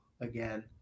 again